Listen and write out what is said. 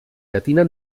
llatina